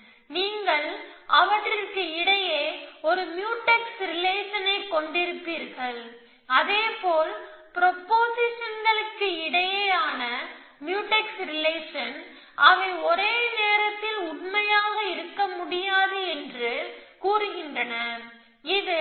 எனவே நீங்கள் அவற்றிற்கு இடையே ஒரு முயூடெக்ஸ் ரிலேஷனைக் கொண்டிருப்பீர்கள் அதேபோல் ப்ரொபொசிஷன்களுக்கிடையேயான மியூடெக்ஸ் ரிலேஷன் அவை ஒரே நேரத்தில் உண்மையாக இருக்க முடியாது என்று கூறுகின்றன இது